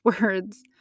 words